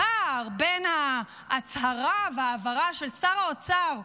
הפער בין ההצהרה וההבהרה של שר האוצר,